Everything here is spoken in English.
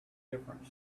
different